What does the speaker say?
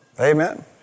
Amen